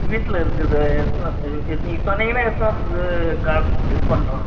வீட்டில் இருக்குது எடுத்துன்னு இ நீங்கள் சொன்னீங்கன்னா எடுத்துன்னு வந்து காட்டு இது பண்ணுறோம்